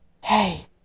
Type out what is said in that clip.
hey